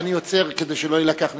אני עוצר כדי שלא יילקח מזמנך.